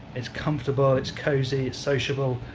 it's comfortable, it's cozy, sociable,